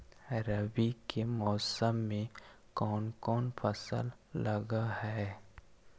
रवि के मौसम में कोन कोन फसल लग है?